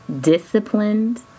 disciplined